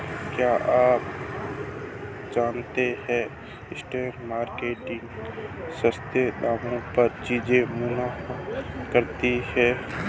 क्या आप जानते है स्ट्रीट मार्केट्स सस्ते दामों पर चीजें मुहैया कराती हैं?